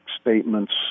statements